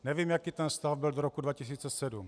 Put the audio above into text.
Nevím, jaký ten stav byl do roku 2007.